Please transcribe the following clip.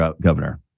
governor